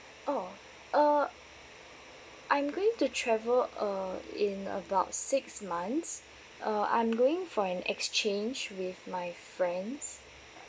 oh uh I'm going to travel uh in about six months uh I'm going for an exchange with my friends